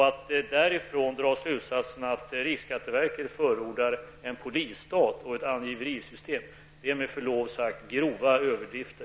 Att därav dra slutsatsen att riksskatteverket förordar en polisstat och ett angiverisystem är med förlov sagt grova överdrifter.